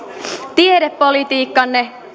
tiedepolitiikkanne